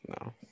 No